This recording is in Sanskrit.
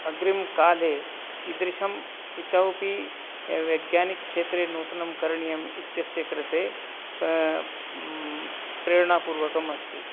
अग्रिमकाले कीदृशम् इतोपि वैज्ञानिकक्षेत्रे नूतनं करणीयम् इत्यस्य कृते प्रेरणापूर्वकम् अस्ति